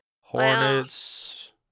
hornets